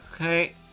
Okay